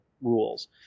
rules